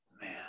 Man